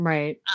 Right